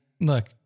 look